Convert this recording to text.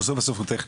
הנושא בסוף הוא טכני.